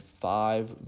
five